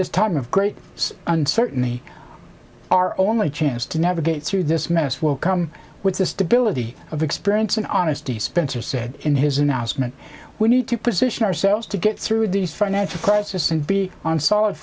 this time of great uncertainty our only chance to navigate through this mess will come with the stability of experience and honesty spencer said in his announcement we need to position ourselves to get through these financial crisis and be on solid